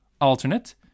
alternate